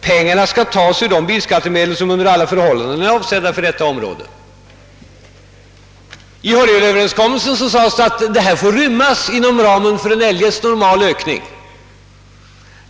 Pengarna skall tas ur de bilskattemedel, som under alla förhållanden är avsedda för detta område». I propositionen sades det att detta bidrag får rymmas inom ramen för en eljest normal ökning.